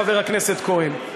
חבר הכנסת כהן,